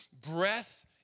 breath